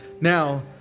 Now